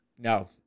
No